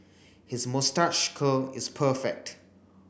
his moustache curl is perfect